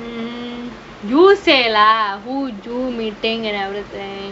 mm you say lah who joo meeting and everything